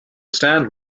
stand